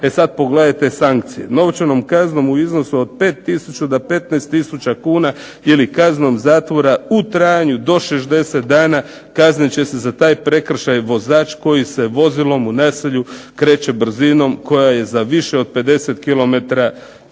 E sada pogledajte sankcije, novčanom kaznom u iznosu od 5 do 15 tisuća kuna ili kaznom zatvora u trajanju do 60 dana kaznit će se za taj prekršaj vozač koji se vozilom u naselju kreće brzinom koja je za više od 50 km veća.